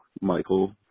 Michael